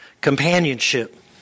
companionship